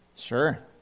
sure